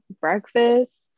breakfast